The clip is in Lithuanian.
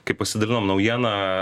kai pasidalinom naujiena